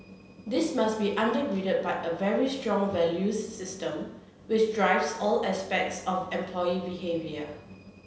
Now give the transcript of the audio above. this must be under grided by a very strong values system which drives all aspects of employee behaviour